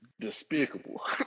Despicable